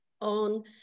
on